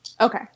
Okay